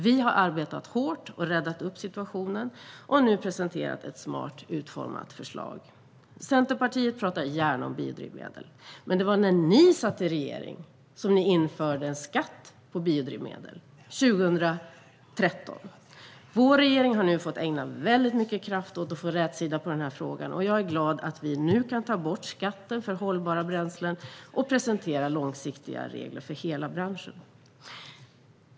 Vi har arbetat hårt och räddat situationen, och nu har vi presenterat ett smart utformat förslag. Centerpartiet pratar gärna om biodrivmedel. Men det var när ni satt i regeringen som ni 2013 införde en skatt på biodrivmedel. Vår regering har nu fått ägna mycket kraft åt att få rätsida på denna fråga, och jag är glad att vi nu kan ta bort skatten på hållbara bränslen och presentera långsiktiga regler för hela branschen.